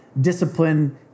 discipline